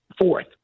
fourth